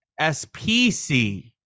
spc